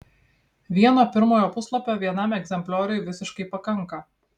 vieno pirmojo puslapio vienam egzemplioriui visiškai pakanka